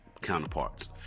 Counterparts